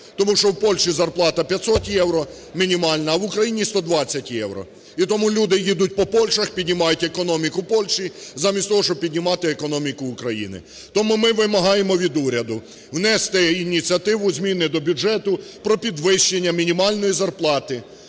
Тому що в Польщі зарплата – 500 євро мінімальна, а в Україні – 120 євро. І тому люди їдуть по Польщах, піднімають економіку Польщі, замість того щоб піднімати економіку України. Тому ми вимагаємо від уряду, внести ініціативу зміни до бюджету про підвищення мінімально зарплати.